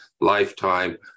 lifetime